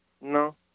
No